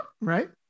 Right